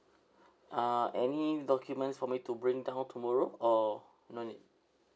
uh any documents for me to bring down tomorrow or no need